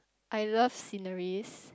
I love sceneries